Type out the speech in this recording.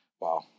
Wow